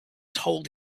told